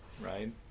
right